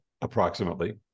approximately